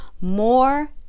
more